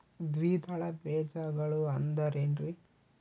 ದ್ವಿದಳ ಬೇಜಗಳು ಅಂದರೇನ್ರಿ?